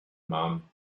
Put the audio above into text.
mom